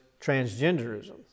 transgenderism